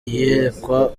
iyerekwa